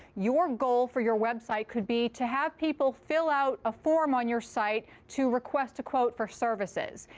your goal for your website could be to have people fill out a form on your site to request a quote for services.